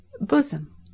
Bosom